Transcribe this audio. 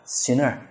sinner